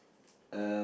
um